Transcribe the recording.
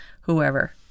whoever